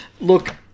look